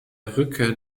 rückkehr